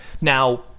Now